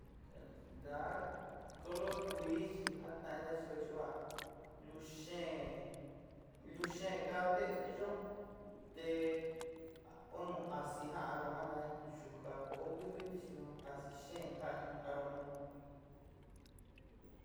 Ntaá color kuí chi jatainda chi óó chuá luú xeen luú xeen ka nteéyo te oó nu ási jaan aroma nta yujá óó kuí kuí te yuan ási xeen já in aróma.